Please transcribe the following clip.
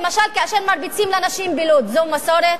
למשל כאשר מרביצים לנשים בלוד זו מסורת?